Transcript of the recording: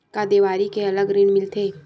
का देवारी के अलग ऋण मिलथे?